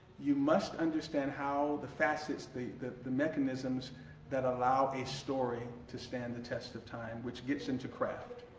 you must understand how the facets the the the mechanisms that allow a story to stand the test of time which gets into craft.